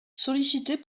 sollicitée